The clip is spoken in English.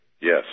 Yes